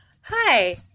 Hi